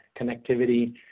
connectivity